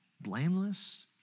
blameless